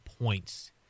points